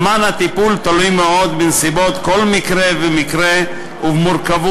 זמן הטיפול תלוי מאוד בנסיבות כל מקרה ומקרה ובמורכבות